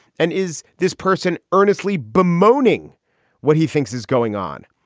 and is this person earnestly bemoaning what he thinks is going on?